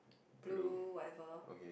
blue whatever